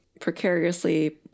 precariously